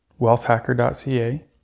wealthhacker.ca